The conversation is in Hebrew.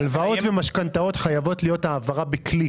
הלוואות ומשכנתאות חייבות להיות העברה בקליק.